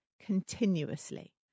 continuously